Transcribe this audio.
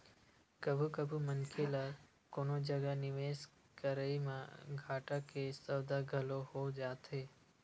कभू कभू मनखे ल कोनो जगा निवेस करई म घाटा के सौदा घलो हो जाथे